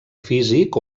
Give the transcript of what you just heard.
físic